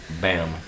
Bam